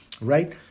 right